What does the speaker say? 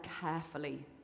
carefully